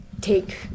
take